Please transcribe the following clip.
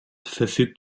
verfügt